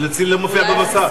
אצלי זה לא מופיע במסך.